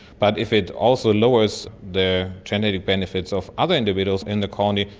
but if it also lowers the genetic benefits of other individuals in the colony,